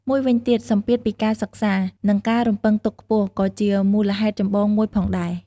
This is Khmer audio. មួយវិញទៀតសម្ពាធពីការសិក្សា និងការរំពឹងទុកខ្ពស់ ក៏ជាមូលហេតុចម្បងមួយផងដែរ។